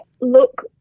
Look